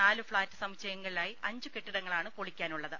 നാലു ഫ്ളാറ്റ് സമുച്ചയങ്ങളിലായി അഞ്ചു കെട്ടിടങ്ങളാണ് പൊളിക്കാനുളളത്